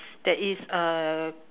that is uh